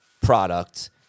product